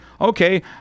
Okay